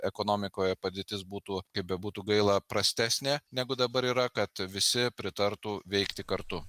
ekonomikoje padėtis būtų kaip bebūtų gaila prastesnė negu dabar yra kad visi pritartų veikti kartu